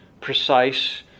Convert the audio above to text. precise